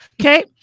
Okay